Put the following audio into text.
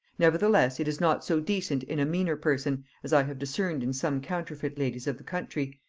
nevertheless it is not so decent in a meaner person, as i have discerned in some counterfeit ladies of the country,